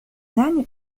دعني